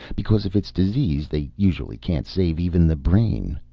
because if it's disease they usually can't save even the brain.